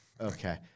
okay